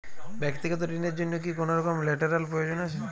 ব্যাক্তিগত ঋণ র জন্য কি কোনরকম লেটেরাল প্রয়োজন আছে?